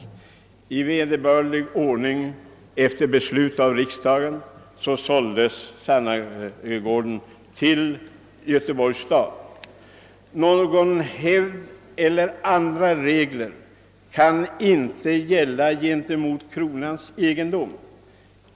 Sannegården såldes sedan i vederbörlig ordning efter beslut av riksdagen till Göteborgs stad. Någon hävdvunnen rätt eller andra regler kan inte gälla mot kronans egendom.